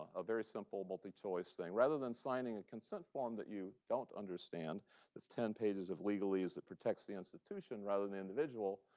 a very simple multi-choice thing. rather than signing a consent form that you don't understand that's ten pages of legalese that protects the institution rather than individual,